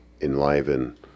enliven